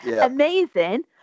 Amazing